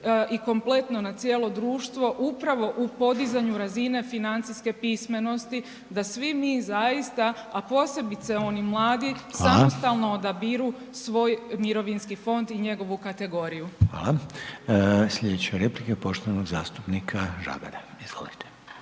i kompletno na cijelo društvo upravo u podizanju razine financijske pismenosti da svi zaista, a posebice oni mladi .../Upadica: Hvala./... samostalno odabiru svoj mirovinski fond i njegovu kategoriju. **Reiner, Željko (HDZ)** Hvala. Sljedeća replika je poštovanog zastupnika Žagara, izvolite.